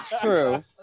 true